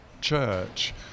church